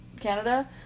Canada